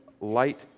light